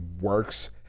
works